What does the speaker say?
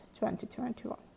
2021